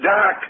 Doc